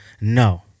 no